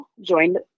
joined